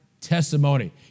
testimony